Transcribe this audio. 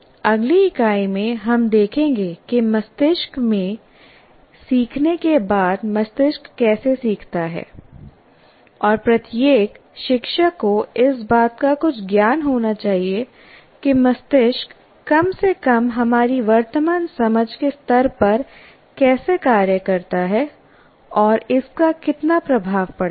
अगली इकाई में हम देखेंगे कि मस्तिष्क में सीखने के बाद मस्तिष्क कैसे सीखता है और प्रत्येक शिक्षक को इस बात का कुछ ज्ञान होना चाहिए कि मस्तिष्क कम से कम हमारी वर्तमान समझ के स्तर पर कैसे कार्य करता है और इसका कितना प्रभाव पड़ता है